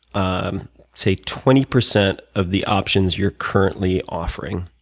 um say, twenty percent of the options you're currently offering,